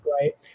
right